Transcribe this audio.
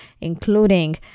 including